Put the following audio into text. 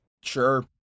Sure